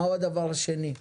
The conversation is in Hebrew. מה הדבר השני?